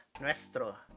Nuestro